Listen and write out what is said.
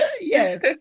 yes